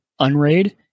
Unraid